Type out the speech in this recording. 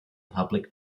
public